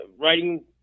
writing